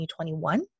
2021